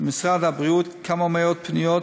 במשרד הבריאות כמה מאות פניות,